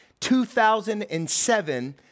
2007